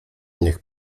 niech